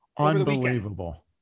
Unbelievable